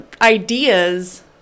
ideas